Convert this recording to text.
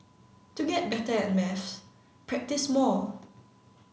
to get better at maths practise more